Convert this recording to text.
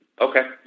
Okay